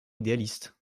idéaliste